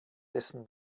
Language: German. dessen